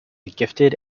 gifted